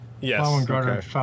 Yes